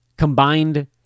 combined